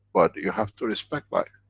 but you have to respect by it.